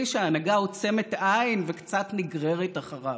שההנהגה עוצמת עין וקצת נגררת אחריו,